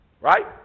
Right